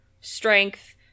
strength